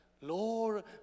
Lord